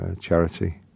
charity